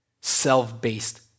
self-based